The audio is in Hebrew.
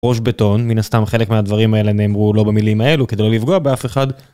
ראש בטון, מן הסתם חלק מהדברים האלה נאמרו לא במילים האלו כדי לא לפגוע באף אחד...